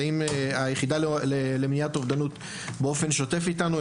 היחידה למניעת אובדנות נמצאת באופן שוטף איתנו.